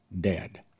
dead